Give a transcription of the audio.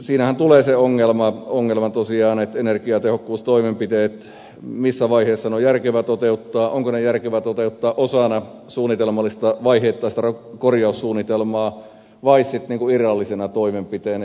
siinähän tulee se ongelma tosiaan missä vaiheessa energiatehokkuustoimenpiteet on järkevä toteuttaa onko ne järkevä toteuttaa osana suunnitelmallista vaiheittaista korjaussuunnitelmaa vai sitten irrallisena toimenpiteenä